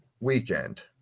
weekend